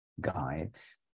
guides